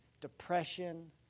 depression